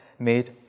made